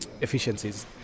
efficiencies